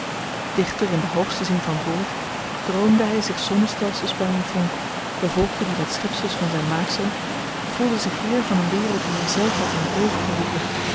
in den hoogsten zin van t woord droomde hy zich zonnestelsels by een vonk bevolkte die met schepsels van zyn maaksel voelde zich heer van een wereld die hyzelf had in t leven geroepen